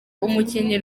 umukinnyi